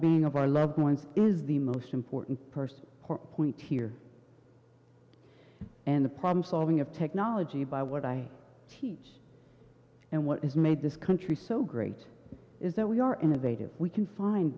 being of our loved ones is the most important person or point here and the problem solving of technology by what i teach and what is made this country so great is that we are innovative we can find